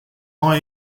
mei